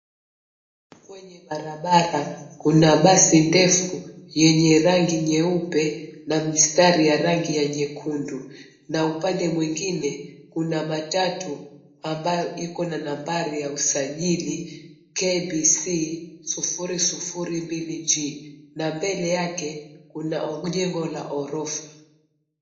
Kwenye barabara kuna basi ndefu yenye rangi nyeupe na mistari ya rangi ya nyekundu na upande mwengine kuna matatu ambayo iko na nambari ya usajili KBC 002 G, na mbele yake kuna jengo ya ghorofa.